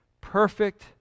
perfect